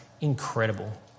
incredible